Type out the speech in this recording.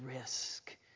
risk